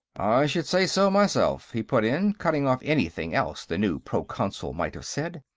i should say so, myself, he put in, cutting off anything else the new proconsul might have said.